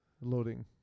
Loading